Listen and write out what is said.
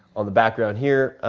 on the background here,